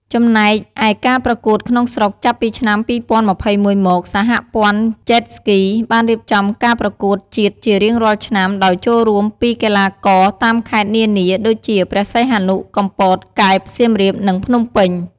ចំណែកឯការប្រកួតក្នុងស្រុក ចាប់ពីឆ្នាំ ២០២១មក សហព័ន្ធ Jet Ski បានរៀបចំការប្រកួតជាតិជារៀងរាល់ឆ្នាំដោយចូលរួមពីកីឡាករតាមខេត្តនានា ដូចជា ព្រះសីហនុ កំពត កែប សៀមរាប និងភ្នំពេញ។